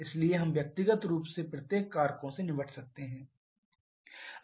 इसलिए हम व्यक्तिगत रूप से प्रत्येक कारकों से निपट सकते हैं